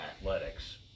Athletics